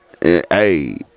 hey